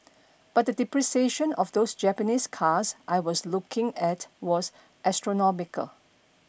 but the depreciation of those Japanese cars I was looking at was astronomical